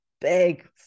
big